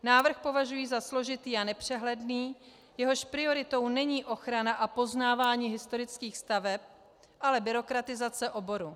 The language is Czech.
Návrh považují za složitý a nepřehledný, jehož prioritou není ochrana a poznávání historických staveb, ale byrokratizace oboru.